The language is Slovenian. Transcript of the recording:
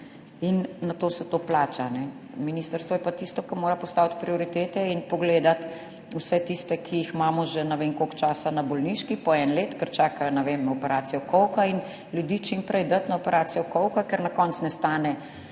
in nato se to plača. Ministrstvo je pa tisto, ki mora postaviti prioritete in pogledati vse tiste, ki jih imamo že ne vem koliko časa na bolniški, po en leto, ker čakajo, ne vem, operacijo kolka, in ljudi čim prej dati na operacijo kolka, ker na koncu ne stane,